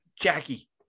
jackie